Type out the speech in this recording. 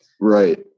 Right